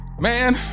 Man